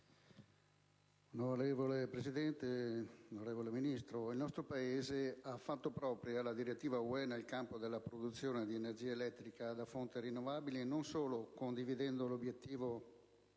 Signor Presidente, onorevole Ministro, il nostro Paese ha fatto propria la direttiva UE nel campo della produzione di energia elettrica da fonte rinnovabile, non solo condividendo l'obiettivo